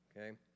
Okay